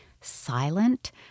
silent